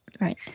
right